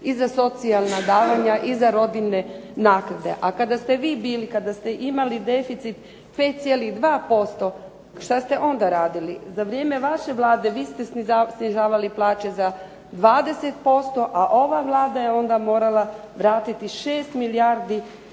i za socijalna davanja i za rodiljne naknade. A kada ste vi bili kada ste imali deficit 5,2%, što ste onda radili? Za vrijeme vaše vlade vi ste snizavali plaće za 20%, a ova Vlada je onda morala vratiti 6 milijardi